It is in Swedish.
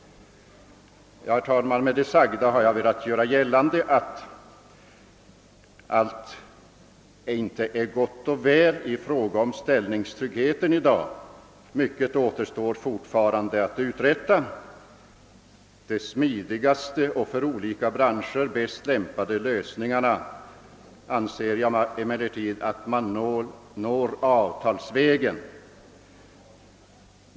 Med det sagda har jag velat visa att allt inte är gott och väl i fråga om anställningstryggheten i dag; mycket återstår fortfarande att uträtta. De smidigaste och för olika branscher bäst lämpade lösningarna anser jag emellertid att man når avtalsvägen.